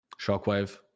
Shockwave